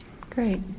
Great